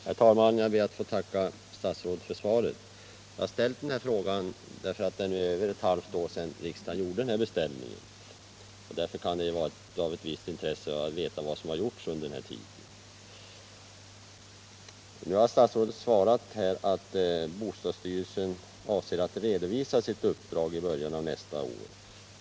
Herr talman! Jag ber att få tacka statsrådet för svaret. Jag har ställt frågan därför att det är över ett och ett halvt år sedan riksdagen gjorde denna beställning. Därför kan det vara av ett visst intresse att veta vad som har gjorts under den här tiden. Nu har statsrådet svarat att bostadsstyrelsen avser att redovisa sitt uppdrag i början av nästa år.